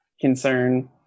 concern